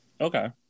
Okay